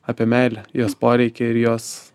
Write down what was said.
apie meilę jos poreikį ir jos